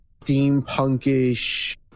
steampunkish